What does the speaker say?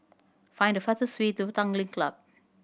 find the fastest way to Tanglin Club